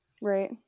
Right